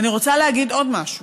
ואני רוצה להגיד עוד משהו: